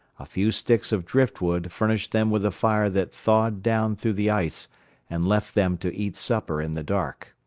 a few sticks of driftwood furnished them with a fire that thawed down through the ice and left them to eat supper in the dark.